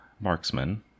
marksman